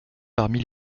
parmi